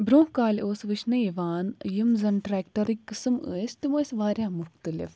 برٛونٛہہ کالہِ اوس وُچھنہٕ یِوان یِم زَن ٹرٛیٚکٹَرٕکۍ قٕسٕم ٲسۍ تُم ٲسۍ واریاہ مُختلِف